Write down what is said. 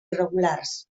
irregulars